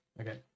Okay